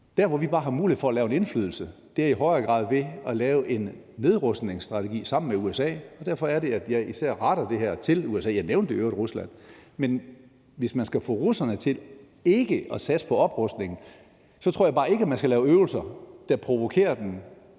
Der, hvor vi bare har mulighed for at have lidt indflydelse, er ved i højere grad at lave en nedrustningsstrategi sammen med USA, og derfor er det, at jeg især retter det her til USA. Jeg nævnte i øvrigt Rusland. Men hvis man skal få russerne til ikke at satse på oprustning, tror jeg bare ikke man skal lave øvelser, der provokerer dem